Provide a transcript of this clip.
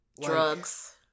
Drugs